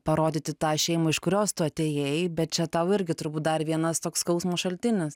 parodyti tą šeimą iš kurios tu atėjai bet čia tau irgi turbūt dar vienas toks skausmo šaltinis